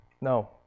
No